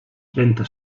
ventas